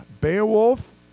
Beowulf